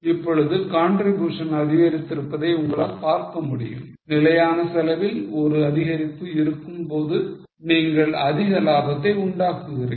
இப்பொழுது contribution அதிகரித்திருப்பதை உங்களால் பார்க்க முடியும் நிலையான செலவில் ஒரு அதிகரிப்பு இருக்கும் போதும் நீங்கள் அதிக லாபத்தை உண்டாக்குகிறீர்கள்